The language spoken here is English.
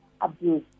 abuse